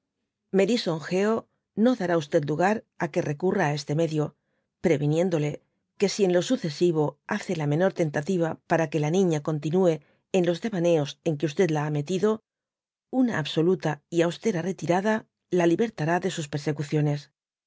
me lisonjeo no dará lugar á que recurra á este medio preyinieñdole que si en lo sucesivo hace la menor tentativa para que la niña continué en los devaneos en que la ha mentido una absoluta y austera retirada la libertara de sus persecuciones